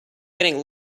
getting